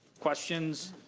questions?